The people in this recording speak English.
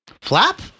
Flap